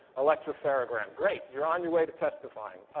electropherogram. great you're on your way to testifying.